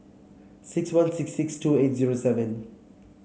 six one six six two eight zero seven